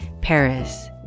Paris